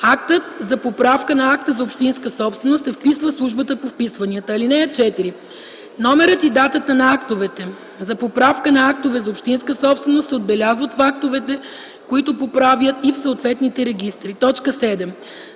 Актът за поправка на акта за общинска собственост се вписва в службата по вписванията. (4) Номерът и датата на актовете за поправка на актове за общинска собственост се отбелязват в актовете, които поправят, и в съответните регистри.” 7.